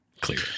Clear